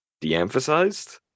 de-emphasized